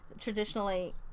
traditionally